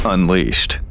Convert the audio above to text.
Unleashed